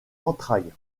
entrailles